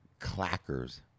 clackers